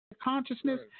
Consciousness